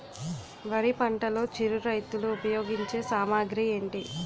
వరి పంటలో చిరు రైతులు ఉపయోగించే సామాగ్రి ఏంటి?